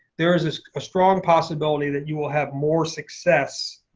there is a strong possibility that you will have more success